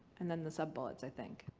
and then the sub-bullets, i think.